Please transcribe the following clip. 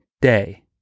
day